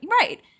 Right